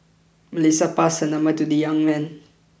Melissa passed her number to the young man